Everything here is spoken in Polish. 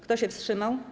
Kto się wstrzymał?